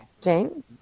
Jane